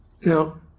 Now